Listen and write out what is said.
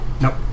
Nope